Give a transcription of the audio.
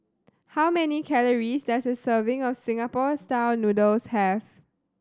how many calories does a serving of Singapore Style Noodles have